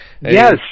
Yes